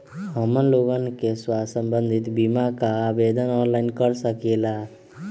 हमन लोगन के स्वास्थ्य संबंधित बिमा का आवेदन ऑनलाइन कर सकेला?